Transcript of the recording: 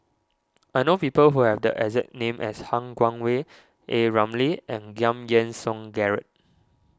I know people who have the exact name as Han Guangwei A Ramli and Giam Yean Song Gerald